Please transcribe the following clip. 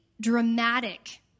dramatic